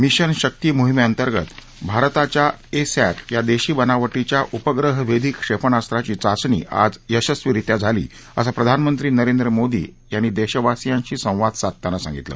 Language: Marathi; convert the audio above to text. मिशन शक्ती मोहिमेअंतर्गत भारताच्या ए सॅट या देशी बनावटीच्या उपग्रह वेधी क्षेपणास्त्राची चाचणी आज यशस्वीरित्या झाली असं प्रधानमंत्री नरेंद्र मोदी यांनी आज देशवासियांशी संवाद साधताना सांगितलं